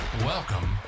Welcome